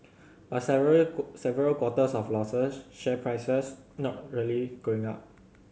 but several several quarters of losses share prices not really going up